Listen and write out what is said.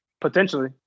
Potentially